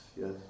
yes